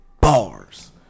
Bars